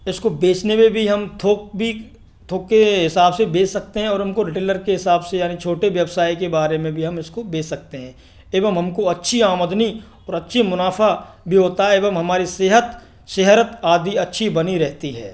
इसको बेचने में भी हम थोक भी थोक के हिसाब से बेच सकते हैं और हमको रिटेलर के हिसाब से यानी छोटे व्यवसाय के बारे में भी हम इसको बेच सकते हैं एवं हमको अच्छी आमदनी और अच्छा मुनाफ़ा भी होता है एवं हमारी सेहत सेहत आदि अच्छी बनी रहती है